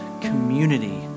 community